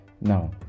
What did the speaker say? Now